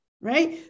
right